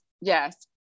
Yes